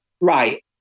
right